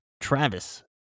Travis